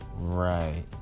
Right